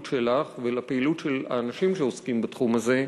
שלך ולפעילות של האנשים שעוסקים בתחום הזה.